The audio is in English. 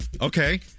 Okay